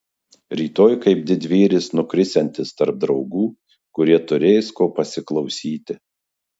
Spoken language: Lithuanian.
rytoj kaip didvyris nukrisiantis tarp draugų kurie turės ko pasiklausyti